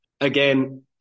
again